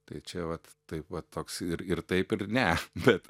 tai čia vat taip va toks ir ir taip ir ne bet